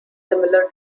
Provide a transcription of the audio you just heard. similar